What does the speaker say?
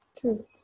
True